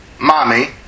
Mommy